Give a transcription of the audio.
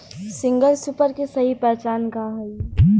Single super के सही पहचान का हई?